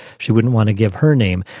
she wouldn't want to give her name.